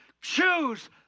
choose